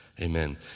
amen